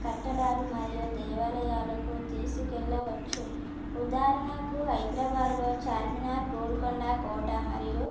కట్టడాలు మరియు దేవాలయాలకు తీసుకెళ్ళవచ్చు ఉదాహరణకు హైదరాబాదులో చార్మినార్ గోల్కొండ కోట మరియు